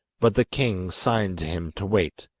but the king signed to him to wait,